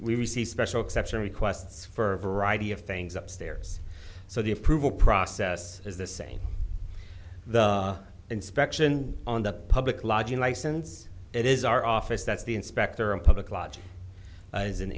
we receive special exception requests for a variety of things up stairs so the approval process is the same the inspection on the public lodging license it is our office that's the inspector of public logic as an